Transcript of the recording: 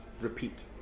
Repeat